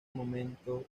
momento